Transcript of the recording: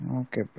Okay